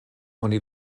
oni